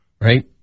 right